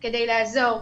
כדי לעזור,